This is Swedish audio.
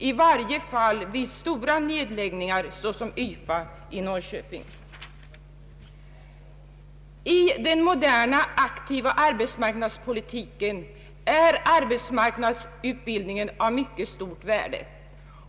I varje fall vid så stora nedläggningar som av YFA i Norrköping. I den moderna aktiva arbetsmarknadspolitiken är arbetsmarknadsutbildningen av mycket stort värde.